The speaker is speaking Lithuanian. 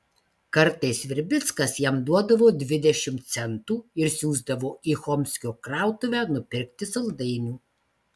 kartais virbickas jam duodavo dvidešimt centų ir siųsdavo į chomskio krautuvę nupirkti saldainių